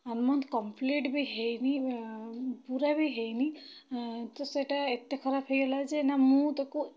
one month complete ବି ହେଇନି ପୁରା ବି ହେଇନି ତ ସେଇଟା ଏତେ ଖରାପ ହେଇଗଲା ଯେ ନା ମୁଁ ତାକୁ